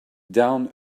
down